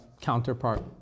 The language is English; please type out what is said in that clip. counterpart